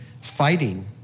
fighting